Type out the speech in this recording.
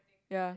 yeah